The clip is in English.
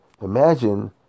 imagine